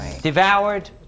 Devoured